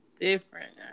different